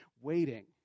waiting